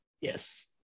Yes